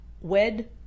Wed